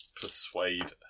persuade